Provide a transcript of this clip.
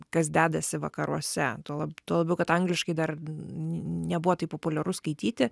kas dedasi vakaruose tuo lab tuo labiau kad angliškai dar n nebuvo taip populiaru skaityti